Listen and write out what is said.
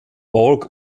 borg